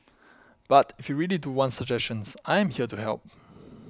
but if you really do want suggestions I am here to help